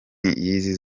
y’izi